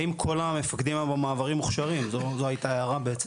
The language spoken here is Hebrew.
האם כל המפקדים במעברים מוכשרים, זו היתה ההערה.